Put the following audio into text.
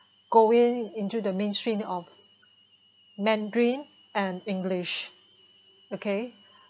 going into the mainstream of Mandarin and English okay